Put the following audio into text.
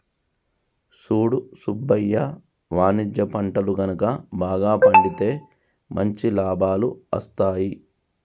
సూడు సుబ్బయ్య వాణిజ్య పంటలు గనుక బాగా పండితే మంచి లాభాలు అస్తాయి